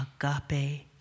agape